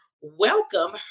welcome